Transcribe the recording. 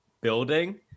building